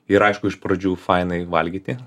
ir aišku iš pradžių fainai valgyti